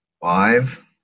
five